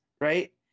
right